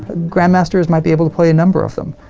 grandmasters might be able to play a number of them.